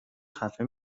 خفه